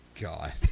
God